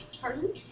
Pardon